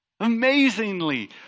amazingly